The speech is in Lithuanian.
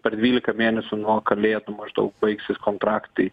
per dvylika mėnesių nuo kalėdų maždaug baigsis kontraktai